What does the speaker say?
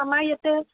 আমাৰ ইয়াতে